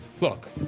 look